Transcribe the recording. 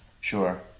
Sure